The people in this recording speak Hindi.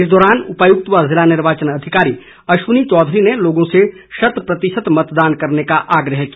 इस दौरान उपायुक्त व जिला निर्वाचन अधिकारी अश्विनी चौधरी ने लोगों से शत प्रतिशत मतदान करने का आग्रह किया